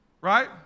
right